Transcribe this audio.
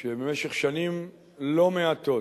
שבמשך שנים לא מעטות